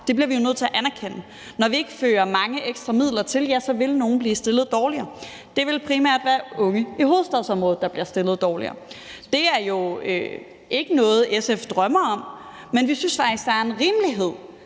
Det bliver vi nødt til at erkende. Når vi ikke tilfører mange ekstra midler, vil nogle blive stillet dårligere, og det vil primært være unge i hovedstadsområdet, der bliver stillet dårligere. Det er jo ikke noget, SF drømmer om, men vi synes faktisk, der er en rimelighed